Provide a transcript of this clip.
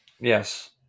Yes